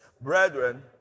brethren